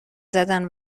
زدن